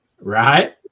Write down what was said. Right